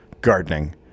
gardening